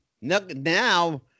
Now